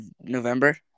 November